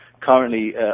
currently